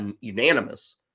unanimous